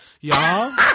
y'all